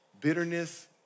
bitterness